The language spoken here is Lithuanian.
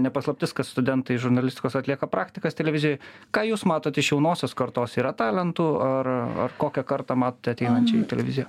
ne paslaptis kad studentai žurnalistikos atlieka praktikas televizijoj ką jūs matot iš jaunosios kartos yra talentų ar ar kokią kartą matote ateinančią į televiziją